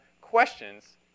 questions